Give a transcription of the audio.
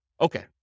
Okay